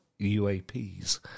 UAPs